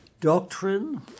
doctrine